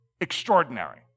extraordinary